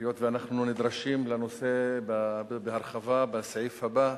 היות שאנחנו נדרשים לנושא בהרחבה בסעיף הבא,